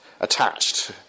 attached